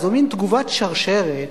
זאת מין תגובת שרשרת,